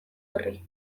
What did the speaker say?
horri